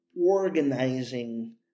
organizing